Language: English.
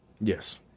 Yes